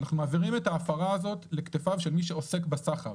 ואנחנו מעבירים אותה על כתפיו של מי שעוסק בסחר